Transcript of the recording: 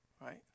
Right